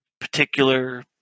particular